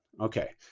Okay